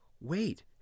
Wait